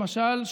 למשל,